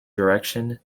direction